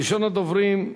ראשון הדוברים,